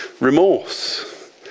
remorse